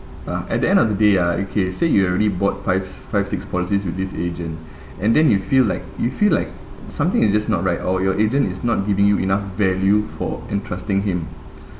uh at the end of the day ah okay say you already bought five five six policies with this agent and then you feel like you feel like something is just not right or your agent is not giving you enough value for entrusting him